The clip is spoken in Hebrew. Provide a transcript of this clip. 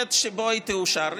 מהמועד שבו היא תאושר.